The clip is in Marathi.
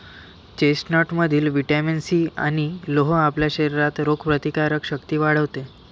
चेस्टनटमधील व्हिटॅमिन सी आणि लोह आपल्या शरीरातील रोगप्रतिकारक शक्ती वाढवते